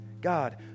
God